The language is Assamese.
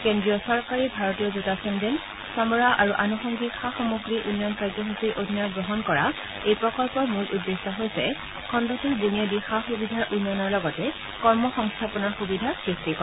কেন্দ্ৰীয় চৰকাৰীৰ ভাৰতীয় জোতা চেণ্ডল চামৰা আৰু আনুসংগিক সা সামগ্ৰী উন্নয়ন কাৰ্যসূচীৰ অধীনত গ্ৰহণ কৰা এই প্ৰকল্পৰ মূল উদ্দেশ্যে হৈছে খণ্ডটোৰ বুনিয়াদী সা সুবিধাৰ উন্নয়নৰ লগতে কৰ্ম সংস্থাপনৰ সূবিধা সৃষ্টি কৰা